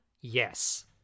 Yes